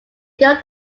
got